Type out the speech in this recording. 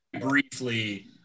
Briefly